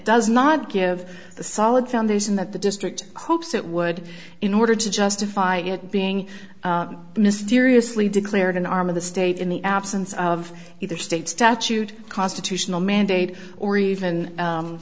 does not give the solid foundation that the district hopes it would in order to justify it being mysteriously declared an arm of the state in the absence of either state statute constitutional mandate or even